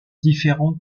différents